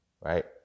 Right